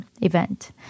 event